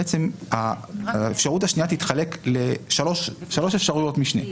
בעצם האפשרות השנייה תתחלק לשלוש אפשרויות משנה.